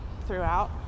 throughout